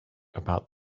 about